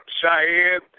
Cheyenne